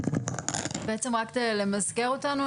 בעצם רק למסגר אותנו,